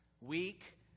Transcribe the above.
weak